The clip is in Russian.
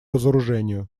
разоружению